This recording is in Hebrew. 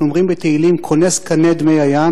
אנחנו אומרים בתהילים: כונס כנד מי הים,